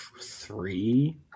Three